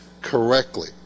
correctly